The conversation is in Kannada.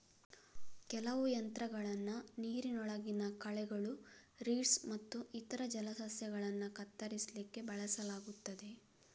ಕೆಲವು ಯಂತ್ರಗಳನ್ನ ನೀರಿನೊಳಗಿನ ಕಳೆಗಳು, ರೀಡ್ಸ್ ಮತ್ತು ಇತರ ಜಲಸಸ್ಯಗಳನ್ನ ಕತ್ತರಿಸ್ಲಿಕ್ಕೆ ಬಳಸಲಾಗ್ತದೆ